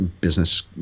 business